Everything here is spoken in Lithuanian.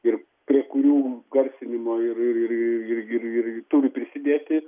ir prie kurių garsinimo ir ir ir iri turi prisidėti